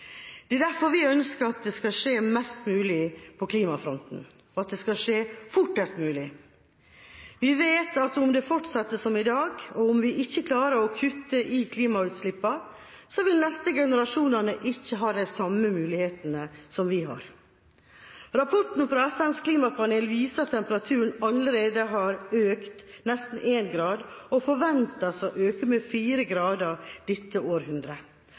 Det er derfor vi ønsker at det skal skje mest mulig på klimafronten, og at det skal skje fortest mulig. Vi vet at om det fortsetter som i dag, og om vi ikke klarer å kutte i klimautslippene, vil de neste generasjonene ikke ha de samme mulighetene som vi har. Rapporten fra FNs klimapanel viser at temperaturen allerede har økt med nesten 1 grad og forventes å øke med 4 grader dette århundret.